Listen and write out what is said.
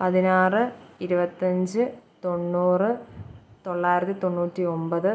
പതിനാറ് ഇരുപത്തിയഞ്ച് തൊണ്ണൂറ് തൊള്ളായിരത്തി തൊണ്ണൂറ്റി ഒമ്പത്